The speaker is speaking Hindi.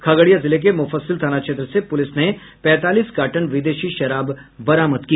खगड़िया जिले के मुफस्सिल थाना क्षेत्र से पुलिस ने पैंतालीस कार्टन विदेशी शराब बरामद की